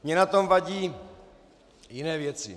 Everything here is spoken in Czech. Mně na tom vadí jiné věci.